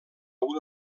una